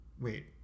Wait